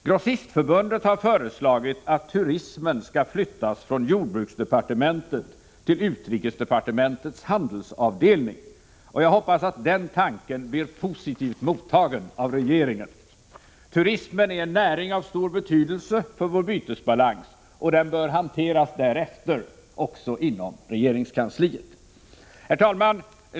Grossistförbundet har föreslagit att turismen skall flyttas från jordbruksdepartementet till utrikesdepartementets handelsavdelning, och jag hoppas att den tanken blir positivt mottagen av regeringen. Turismen är en näring av stor betydelse för vår bytesbalans, och den bör hanteras därefter också inom regeringskansliet. Herr talman!